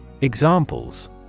Examples